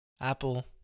Apple